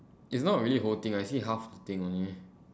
is not really the whole thing uh you see half the thing only